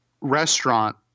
restaurant